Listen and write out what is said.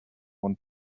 want